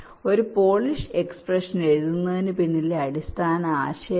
ഒരു Polish expression എഴുതുന്നതിനു പിന്നിലെ അടിസ്ഥാന ആശയമാണ്